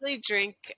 drink